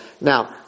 Now